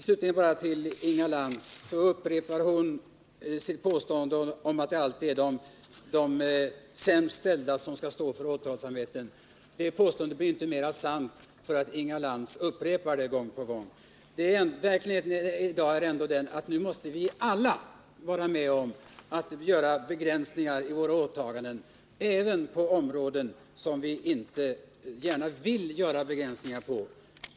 Slutligen några ord till Inga Lantz. Hon upprepade sitt påstående om att det alltid är de sämst ställda som skall stå för återhållsamheten. Det påståendet blir inte mera sant för att Inga Lantz upprepar det gång på gång. Verkligheten är den att vi måste alla vara med om att göra begränsningar i våra åtaganden, även på områden där vi inte gärna vill göra begränsningar.